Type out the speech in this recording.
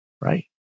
right